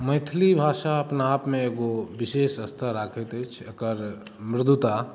मैथिली भाषा अपना आपमे एगो विशेष स्तर राखैत अछि एकर मृदुता